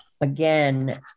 again